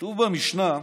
כתוב במשנה: